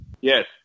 Yes